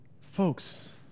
Folks